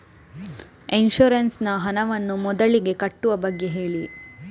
insurance ನ ಹಣವನ್ನು ಮೊದಲಿಗೆ ಕಟ್ಟುವ ಬಗ್ಗೆ ಹೇಳಿ